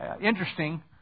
interesting